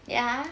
ya